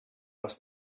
was